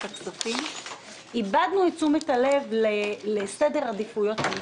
הכספים איבדנו את תשומת הלב לסדר עדיפויות אמיתי.